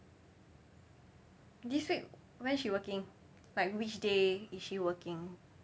this week when she working like which day is she working